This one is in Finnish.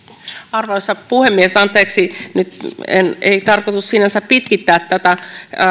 arvoisa puhemies anteeksi nyt ei ole tarkoitus sinänsä pitkittää tätä